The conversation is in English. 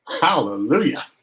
Hallelujah